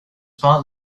part